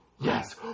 yes